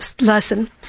lesson